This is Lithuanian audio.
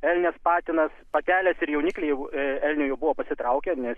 elnias patinas patelės ir jaunikliai jau elnių jau buvo pasitraukę nes